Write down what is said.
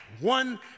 One